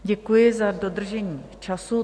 Děkuji za dodržení času.